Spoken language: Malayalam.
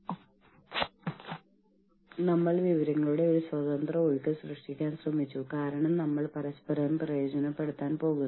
ഹാഫ്ടൈം ഓഫ് പണം നൽകിയുള്ള അവധികൾ ഫ്ലെക്സി സമയം എന്നിവ ലഭിക്കുന്നതിന് നമ്മൾ ഇത് സിസ്റ്റങ്ങളിൽ നിർമ്മിക്കുന്നു